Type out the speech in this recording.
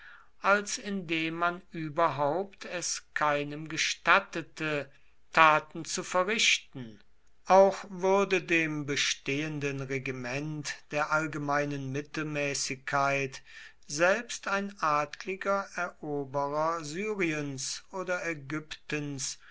als indem man überhaupt es keinem gestattete taten zu verrichten auch würde dem bestehenden regiment der allgemeinen mittelmäßigkeit selbst ein adliger eroberer syriens oder ägyptens